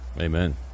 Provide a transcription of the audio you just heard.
Amen